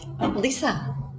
Lisa